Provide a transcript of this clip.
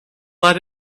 let